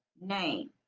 name